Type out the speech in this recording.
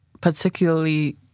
particularly